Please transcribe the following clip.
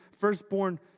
firstborn